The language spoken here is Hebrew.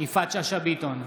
יפעת שאשא ביטון,